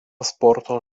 sporto